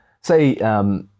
say